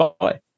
Bye